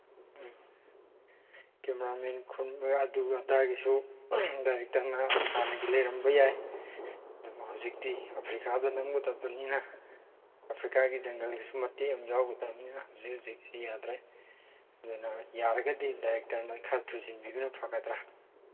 ꯎꯝ cameraman ꯑꯗꯨꯒ ꯑꯗꯥꯒꯤꯁꯨ ꯗꯥꯏꯔꯦꯛꯇꯔꯅ ꯍꯥꯟꯅꯒꯤ ꯂꯩꯔꯝꯕ ꯌꯥꯏ ꯑꯗꯨꯕꯨ ꯍꯧꯖꯤꯛꯇꯤ ꯑꯐ꯭ꯔꯤꯀꯥꯗ ꯅꯝꯒꯗꯕꯅꯤꯅ ꯑꯐ꯭ꯔꯤꯀꯥꯒꯤ ꯖꯪꯒꯜꯒꯤꯁꯨ ꯃꯇꯦꯛ ꯑꯃ ꯌꯥꯎꯒꯗꯕꯅꯤꯅ ꯍꯧꯖꯤꯛ ꯍꯧꯖꯤꯛꯁꯤ ꯌꯥꯗ꯭ꯔꯦ ꯑꯗꯨꯅ ꯌꯥꯔꯒꯗꯤ ꯗꯥꯏꯔꯦꯛꯇꯔ ꯅꯣꯏ ꯈꯔ ꯊꯨꯖꯤꯟꯕꯤꯕꯅ ꯐꯥꯒꯗ꯭ꯔꯥ